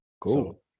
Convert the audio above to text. cool